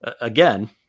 again